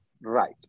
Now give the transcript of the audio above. Right